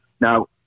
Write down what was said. Now